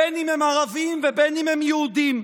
בין שהם ערבים ובין שהם יהודים,